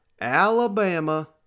Alabama